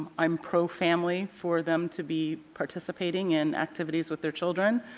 i'm pro-family for them to be participating in activities with their children.